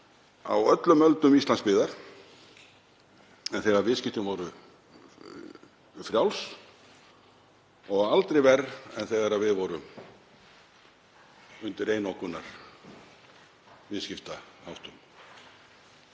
á öllum öldum Íslandsbyggðar en þegar viðskiptin voru frjáls og aldrei verr en þegar við vorum undir einokunarviðskiptaháttum.